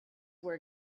were